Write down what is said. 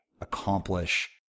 accomplish